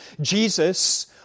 Jesus